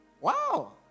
Wow